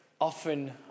Often